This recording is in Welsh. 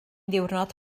ddiwrnod